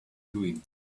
doing